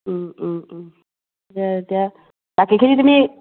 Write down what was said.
তাকে এতিয়া বাকীখিনি তুমি